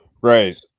right